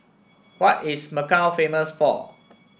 what is Macau famous for